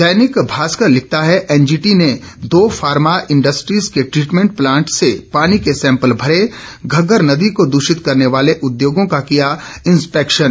दैनिक भास्कर लिखता है एनजीटी ने दो फार्मा इंडस्ट्रीज के ट्रीटमेंट प्लांट से पानी के सैंपल भरे घग्गर नदी को दूषित करने वाले उद्योगों का किया इंस्पेक्शन